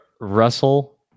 Russell